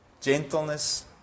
gentleness